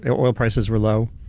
and oil prices were low.